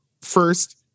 First